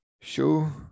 show